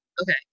Okay